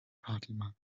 fatima